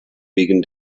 wegen